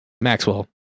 Maxwell